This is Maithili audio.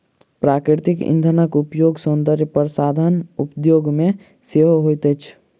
प्राकृतिक इंधनक उपयोग सौंदर्य प्रसाधन उद्योग मे सेहो होइत अछि